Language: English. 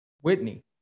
Whitney